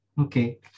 Okay